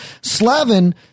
Slavin